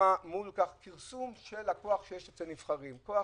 המלחמה מול הכרסום בכוח אצל הנבחרים, כוח